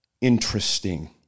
interesting